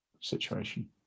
situation